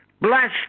Bless